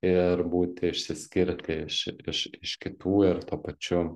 ir būti išsiskirti iš ši iš kitų ir tuo pačiu